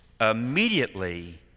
Immediately